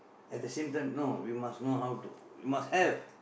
at the same time no we must know how to we must have